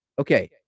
okay